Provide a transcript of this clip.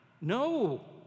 No